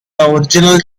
original